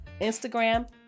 Instagram